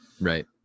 right